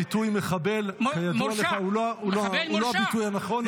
הביטוי מחבל כידוע לך הוא לא הביטוי הנכון.